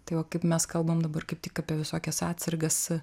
tai va kaip mes kalbam dabar kaip tik apie visokias atsargas